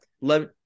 let